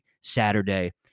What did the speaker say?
Saturday